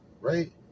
right